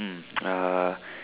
uh